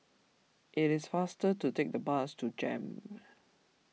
it is faster to take the bus to Jem